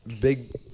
big